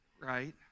right